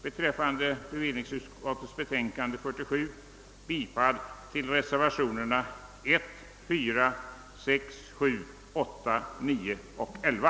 Vad det gäller bevillningsutskottets betänkande nr 47 yrkar jag bifall till reservationerna 1, 4, 6, 7, 8, 9 och 11.